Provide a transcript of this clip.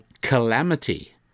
calamity